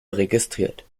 registriert